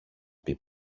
πει